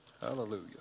Hallelujah